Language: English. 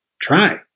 try